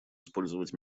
использовать